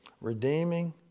redeeming